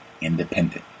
independent